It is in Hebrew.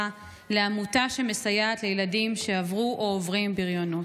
לעמותה שמסייעת לילדים שעברו או עוברים בריונות.